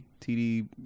TD